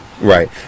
Right